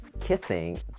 kissing